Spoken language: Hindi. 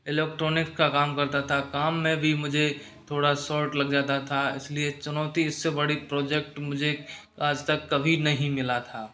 इलेक्ट्रॉनिक का काम करता था काम में भी मुझे थोड़ा शॉर्ट लग जाता था इसलिए चुनौती इससे बड़ी प्रोजेक्ट मुझे आज तक कभी नहीं मिला था